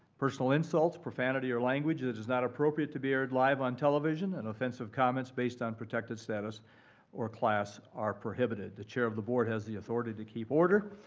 personal insults, profanity or language that is not appropriate to be aired live on television, and offensive comments based on protected status or class are prohibited. the chair of the board has the authority to keep order.